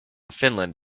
finland